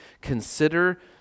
consider